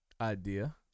idea